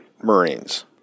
Marines